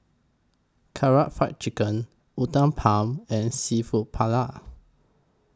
Karaage Fried Chicken Uthapam and Seafood Paella